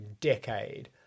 decade